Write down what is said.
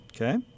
Okay